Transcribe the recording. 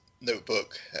notebook